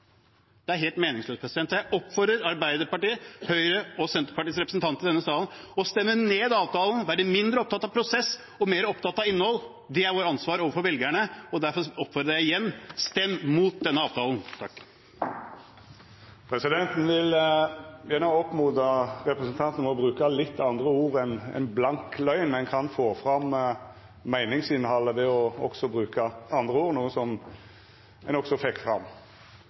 Det er helt meningsløst. Jeg oppfordrer Arbeiderpartiets, Høyres og Senterpartiets representanter i denne sal å stemme ned avtalen, være mindre opptatt av prosess og mer opptatt av innhold. Det er vårt ansvar overfor velgerne, og derfor oppfordrer jeg igjen: Stem mot denne avtalen. Presidenten vil oppmoda representanten om å bruka litt andre ord enn «blank løgn». Ein kan få fram meiningsinnhaldet ved å bruka andre ord – noko ein òg fekk fram.